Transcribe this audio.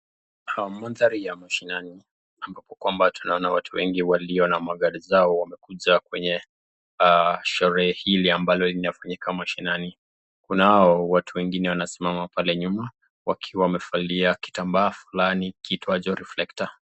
Kwa mandhari ya mashinani ambapo kwamba tunaona watu wengi walio na magari zao wamekuja kwenye sherehe hili ambalo linafanyika mashinani. Kunao watu wengine wanasimama pale nyuma wakiwa wamevalia kitambaa fulani kiitwacho reflector .